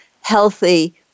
healthy